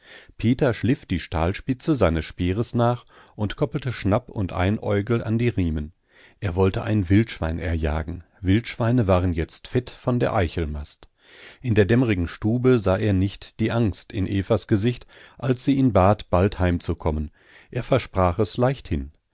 peter schliff die stahlspitze seines speeres nach und koppelte schnapp und einäugel an die riemen er wollte ein wildschwein erjagen wildschweine waren jetzt fett von der eichelmast in der dämmerigen stube sah er nicht die angst in evas gesicht als sie ihn bat bald heimzukommen er versprach es leichthin